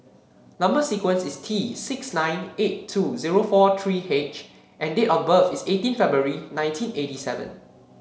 number sequence is T six nine eight two zero four three H and date of birth is eighteen February nineteen eighty seven